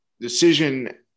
decision